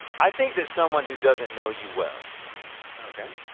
i think that someone who doesn't know you well okay.